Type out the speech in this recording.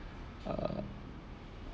uh